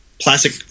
plastic